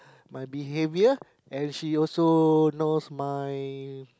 my behaviour and she also knows my